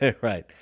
Right